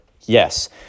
Yes